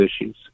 issues